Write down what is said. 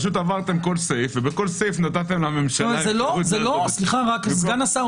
פשוט עברתם על כל סעיף ובכל סעיף נתתם לממשלה --- סגן השר,